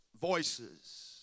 voices